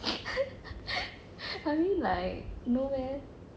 I mean like no meh